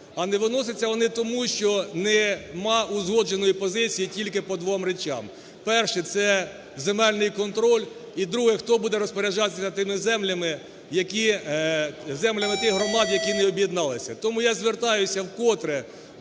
а не виносяться вони тому, що нема узгодженої позиції тільки по двом речам: перше – це земельний контроль і друге – хто буде розпоряджатися тими землями, які… землями тих громад, які не об'єдналися. Тому я звертаюся вкотре